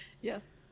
Yes